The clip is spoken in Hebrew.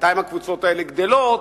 בינתיים הקבוצות האלה גדלות,